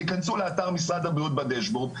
תיכנסו לאתר משרד הבריאות בדשבורד,